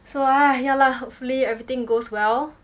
so !hais! yeah lah hopefully everything goes well